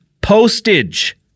postage